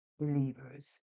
believers